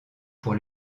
pour